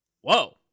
whoa